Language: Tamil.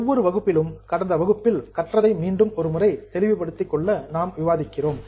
ஒவ்வொரு வகுப்பிலும் கடந்த வகுப்பில் கற்றதை மீண்டும் ஒரு முறை தெளிவுபடுத்திக் கொள்ள நாம் விவாதிக்கிறோம்